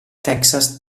texas